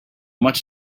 much